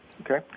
Okay